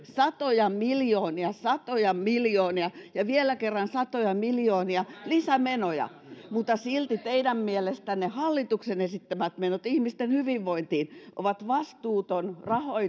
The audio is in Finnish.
satoja miljoonia satoja miljoonia ja vielä kerran satoja miljoonia lisämenoja mutta silti teidän mielestänne hallituksen esittämät menot ihmisten hyvinvointiin ovat vastuuton